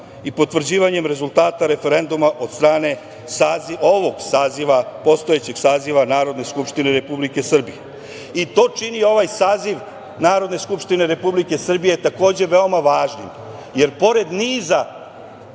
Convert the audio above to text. i potvrđivanjem rezultata referenduma od strane ovog saziva, postojećeg saziva Narodne skupštine Republike Srbije. To čini ovaj saziv Narodne skupštine Republike Srbije takođe veoma važnim, jer pored niza